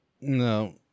No